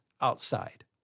outside